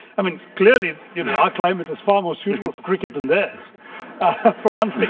i mean, clearly, you know, our climate is far more suitable for cricket than theirs for one thing.